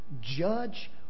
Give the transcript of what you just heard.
judge